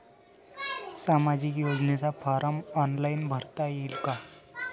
सामाजिक योजनेचा form online भरता येईन का?